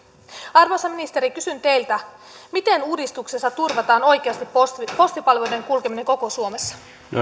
arvoisa ministeri kysyn teiltä miten uudistuksessa turvataan oikeasti postipalveluiden kulkeminen koko suomessa